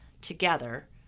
together